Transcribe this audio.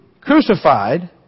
crucified